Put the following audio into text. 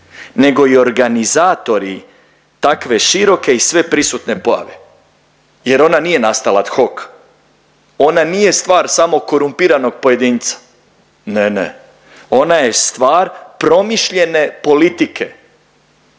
nego i organizatori takve široke i sveprisutne pojave jer ona nije nastala ad hoc, ona nije stvar samo korumpiranog pojedinca. Ne, ne! Ona je stvar promišljene politike,